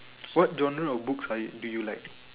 what genre of books do you like